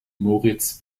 moritz